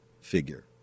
figure